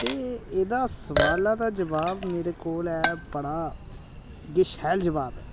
ते एह्दा सोआलै दा जवाब ऐ मेरे कोल बड़ा गै शैल जवाब ऐ